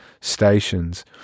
stations